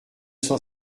cent